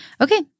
okay